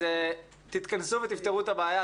אז תתכנסו ותפתרו את הבעיה,